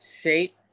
shape